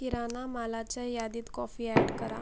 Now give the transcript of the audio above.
किराणा मालाच्या यादीत coffee add करा